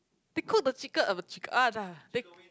they cook the chicken of a chick ugh ya they